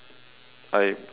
I